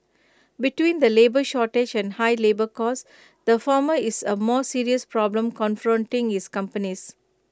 between the labour shortage and high labour costs the former is A more serious problem confronting his companies